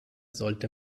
sollte